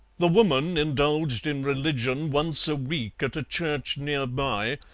the woman indulged in religion once a week at a church near by,